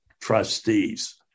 trustees